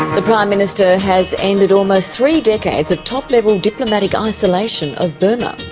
the prime minister has ended almost three decades of top-level diplomatic isolation of burma.